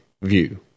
view